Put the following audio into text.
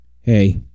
Hey